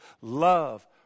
love